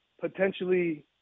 potentially –